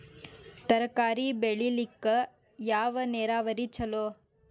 ತರಕಾರಿ ಬೆಳಿಲಿಕ್ಕ ಯಾವ ನೇರಾವರಿ ಛಲೋ?